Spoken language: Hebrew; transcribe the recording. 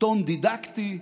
טון דידקטי,